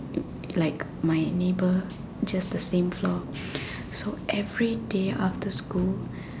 like my neighbour just the same floor so every day after school